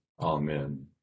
Amen